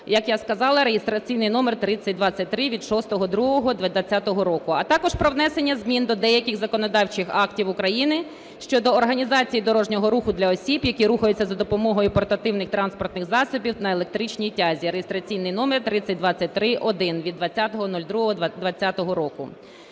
Як я сказала, реєстраційний номер 3023 від 6.02.20-го року. А також про внесення змін до деяких законодавчих актів України щодо організації дорожнього руху для осіб, які рухаються за допомогою портативних транспортних засобів на електричній тязі (реєстраційний номер 3023-1), від 20.02.20-го року.